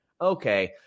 Okay